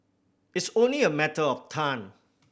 it's only a matter of time